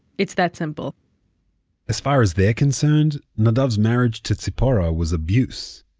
it's that simple as far as they're concerned, nadav's marriage to tzipora was abuse.